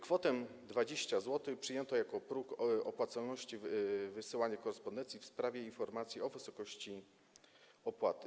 Kwotę 20 zł przyjęto jako próg opłacalności wysyłania korespondencji w sprawie informacji o wysokości opłaty.